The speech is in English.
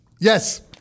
Yes